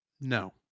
No